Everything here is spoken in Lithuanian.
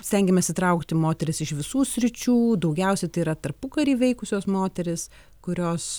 stengėmės įtraukti moteris iš visų sričių daugiausiai tai yra tarpukary veikusios moterys kurios